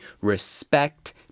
Respect